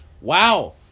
Wow